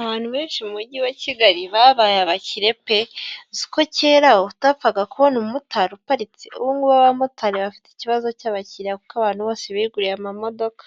Abantu benshi mu mujyi wa Kigali babaye abakire pe! Uzi ko kera utapfaga kubona umumotari uparitse? Ubu ngubu abamotari bafite ikibazo cy'abakiriya kuko abantu bose biguriye amamodoka.